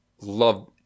love